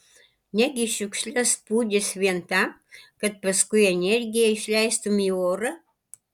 negi šiukšles pūdys vien tam kad paskui energiją išleistumei į orą